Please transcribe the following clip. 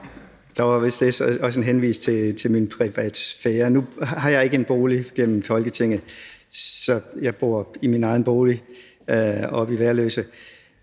Der var vist også en henvisning til min privatsfære. Nu har jeg ikke en bolig gennem Folketinget – jeg bor i min egen bolig oppe i Værløse.